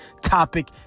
topic